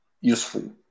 useful